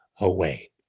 away